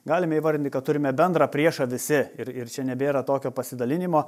galime įvardinti kad turime bendrą priešą visi ir ir čia nebėra tokio pasidalinimo